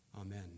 Amen